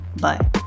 Bye